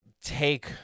take